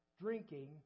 drinking